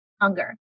hunger